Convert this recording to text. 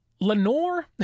Lenore